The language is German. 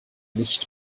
nicht